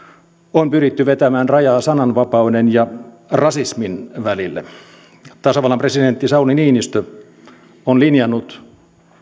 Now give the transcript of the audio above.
on pyritty vetämään rajaa sananvapauden ja rasismin välille tasavallan presidentti sauli niinistö on linjannut